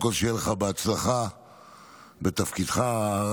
לקריאה השנייה והשלישית.